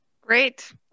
great